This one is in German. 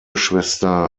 schwester